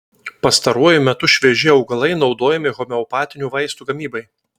pastaruoju metu švieži augalai naudojami homeopatinių vaistų gamybai